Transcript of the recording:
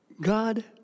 God